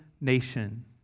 nation